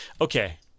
Okay